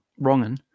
wrongen